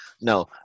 No